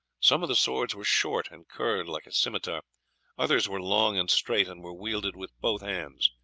some of the swords were short and curled like a scimitar others were long and straight, and were wielded with both hands.